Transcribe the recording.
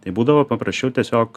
tai būdavo paprasčiau tiesiog